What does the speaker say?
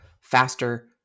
faster